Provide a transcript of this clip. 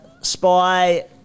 spy